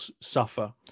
suffer